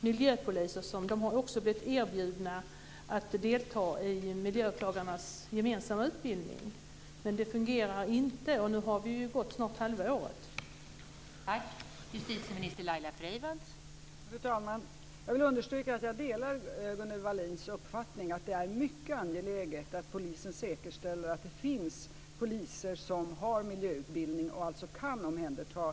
Miljöpoliser har blivit erbjudna att delta i miljöåklagarnas gemensamma utbildning men det fungerar inte och nu har snart halva året gått.